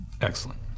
Excellent